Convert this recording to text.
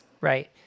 Right